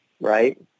right